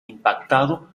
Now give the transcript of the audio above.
impactado